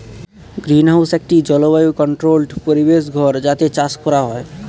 greenhouse একটি জলবায়ু controlled পরিবেশ ঘর যাতে চাষ করা হয়